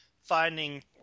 finding